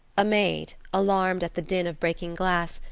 a maid, alarmed at the din of breaking glass,